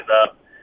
up